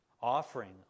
offering